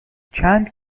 چند